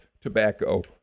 tobacco